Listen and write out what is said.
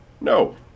No